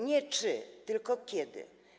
Nie: czy, tylko: kiedy.